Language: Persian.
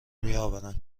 میآورند